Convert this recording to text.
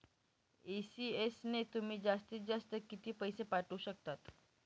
ECS ने तुम्ही जास्तीत जास्त किती पैसे पाठवू शकतात?